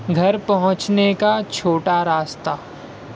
گھر پہنچنے کا چھوٹا راستہ